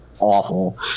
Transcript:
awful